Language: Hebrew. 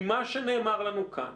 ממה שנאמר לנו כאן,